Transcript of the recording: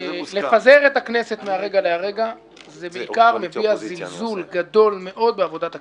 לפזר את הכנסת מהרגע להרגע זה בעיקר מביע זלזול גדול בעבודת הכנסת.